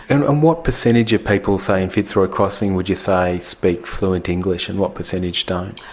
and and what percentage of people, say, in fitzroy crossing would you say speak fluent english and what percentage don't?